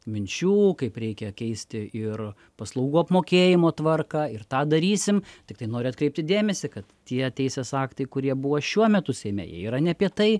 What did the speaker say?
minčių kaip reikia keisti ir paslaugų apmokėjimo tvarką ir tą darysim tiktai noriu atkreipti dėmesį kad tie teisės aktai kurie buvo šiuo metu seime jie yra ne apie tai